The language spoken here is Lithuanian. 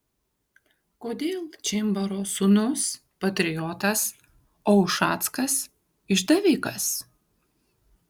kodėl čimbaro sūnus patriotas o ušackas išdavikas